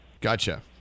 Gotcha